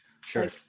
Sure